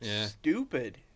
stupid